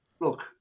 look